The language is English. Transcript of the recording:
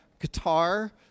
guitar